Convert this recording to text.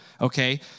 okay